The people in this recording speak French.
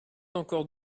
encore